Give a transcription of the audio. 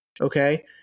Okay